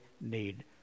need